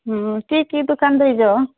ହଁ କି କି ଦୋକାନ ଦେଇଛ